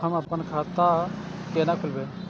हम आपन खाता केना खोलेबे?